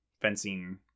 fencing